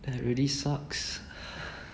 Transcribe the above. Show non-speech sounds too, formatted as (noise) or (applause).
that really sucks (breath)